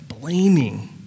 blaming